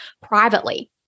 privately